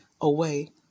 away